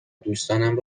دوستانم